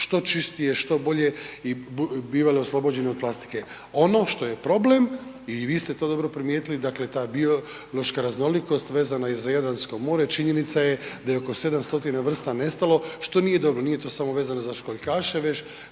što čistije, što bolje i bivale oslobođene od plastike. Ono što je problem i vi ste to dobro primijetili, dakle ta biološka raznolikost vezano i za Jadransko more, činjenica je da je oko 700 vrsta nestalo što nije dobro, nije to samo vezano za školjkaše već